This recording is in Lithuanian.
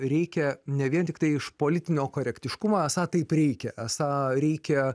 reikia ne vien tiktai iš politinio korektiškumo esą taip reikia esą reikia